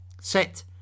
Set